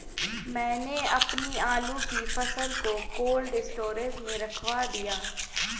मैंने अपनी आलू की फसल को कोल्ड स्टोरेज में रखवा दिया